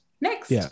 next